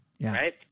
right